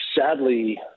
sadly